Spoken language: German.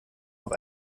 noch